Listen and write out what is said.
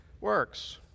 works